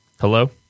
hello